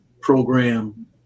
program